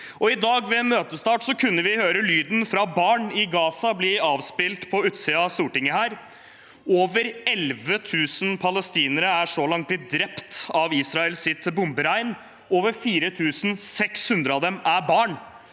Ved møtestart i dag kunne vi høre lyden fra barn i Gaza bli avspilt på utsiden av Stortinget. Over 11 000 palestinere er så langt blitt drept av Israels bomberegn. Over 4 600 av dem er barn.